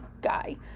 guy